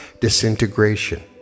disintegration